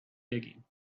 digging